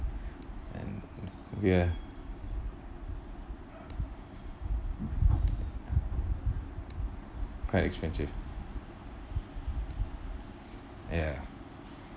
and we're kind of expensive ya